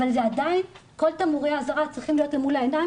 אבל עדיין כל תמרורי האזהרה צריכים להיות מול העיניים